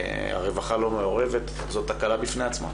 הרווחה לא מעורבת, זאת תקלה בפני עצמה.